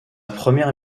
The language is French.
première